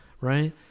right